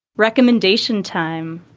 recomendation time.